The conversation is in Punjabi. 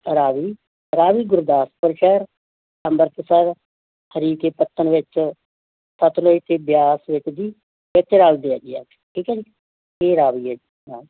ਰਾਵੀ ਰਾਵੀ ਗੁਰਦਾਸਪੁਰ ਸ਼ਹਿਰ ਅੰਮ੍ਰਿਤਸਰ ਸ਼ਹਿਰ ਹਰੀਕੇ ਪੱਤਣ ਵਿੱਚ ਸਤਲੁਜ ਅਤੇ ਬਿਆਸ ਵਿੱਚ ਜੀ ਵਿੱਚ ਰਲਦੇ ਆ ਜੀ ਆ ਕੇ ਠੀਕ ਆ ਜੀ ਇਹ ਰਾਵੀ ਆ ਜੀ